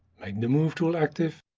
make the move tool active